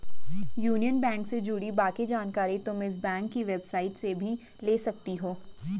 union bank से जुड़ी बाकी जानकारी तुम इस बैंक की वेबसाईट से भी ले सकती हो